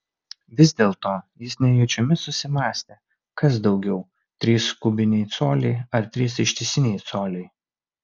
vis dėlto jis nejučiomis susimąstė kas daugiau trys kubiniai coliai ar trys ištisiniai coliai